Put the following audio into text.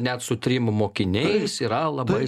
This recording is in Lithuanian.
net su trim mokiniais yra labai